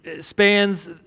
spans